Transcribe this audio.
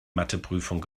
matheprüfung